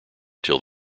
till